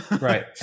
Right